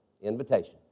Invitation